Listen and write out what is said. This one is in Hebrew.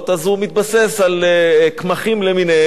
אז הוא מתבסס על קמחים למיניהם.